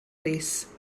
rees